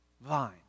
vine